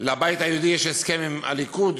לבית היהודי יש הסכם עם הליכוד,